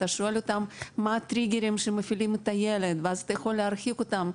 אתה שואל אותם מה הטריגרים שמפעילים את הילד ואז אתה יכול להרחיק אותם.